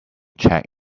check